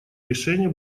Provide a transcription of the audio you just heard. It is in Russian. решения